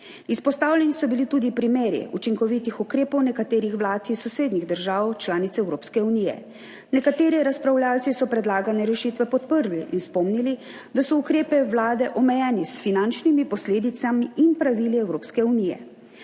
Izpostavljeni so bili tudi primeri učinkovitih ukrepov nekaterih vlad iz sosednjih držav članic Evropske unije. Nekateri razpravljavci so predlagane rešitve podprli in spomnili, da so ukrepi Vlade omejeni s finančnimi posledicami in pravili Evropske unije.